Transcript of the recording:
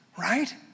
right